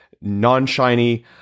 non-shiny